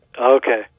Okay